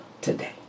today